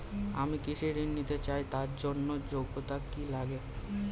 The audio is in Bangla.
আমি কৃষি ঋণ নিতে চাই তার জন্য যোগ্যতা কি লাগে?